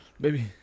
Baby